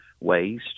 ways